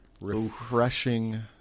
refreshing